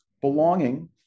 Belonging